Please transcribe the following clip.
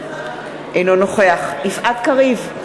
אינו נוכח יפעת קריב,